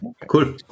cool